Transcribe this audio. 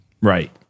right